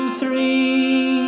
three